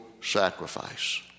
sacrifice